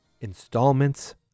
installments